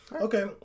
Okay